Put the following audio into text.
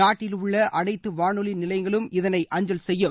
நாட்டில் உள்ள அனைத்து வானொலி நிலையங்களும் இதனை அஞ்சல் செய்யும்